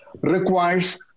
requires